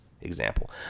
example